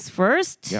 first